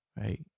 right